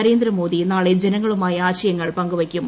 നരേന്ദ്രമോദി നാളെ ജനങ്ങളുമായി ആശയങ്ങൾ പങ്കുവയ്ക്കും